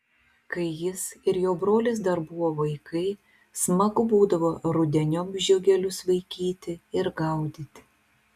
kai jis ir jo brolis dar buvo vaikai smagu būdavo rudeniop žiogelius vaikyti ir gaudyti